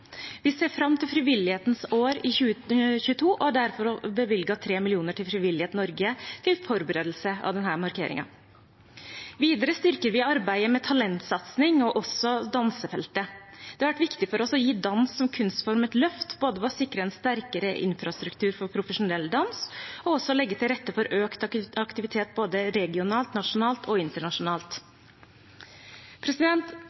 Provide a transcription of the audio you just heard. Vi ser fram til Frivillighetens år i 2022 og har derfor bevilget 3 mill. kr til Frivillighet Norge til forberedelse av denne markeringen. Videre styrker vi arbeidet med talentsatsing – og også dansefeltet. Det har vært viktig for oss å gi dans som kunstform et løft både ved å sikre en sterkere infrastruktur for profesjonell dans og også ved å legge til rette for økt aktivitet både regionalt, nasjonalt og internasjonalt.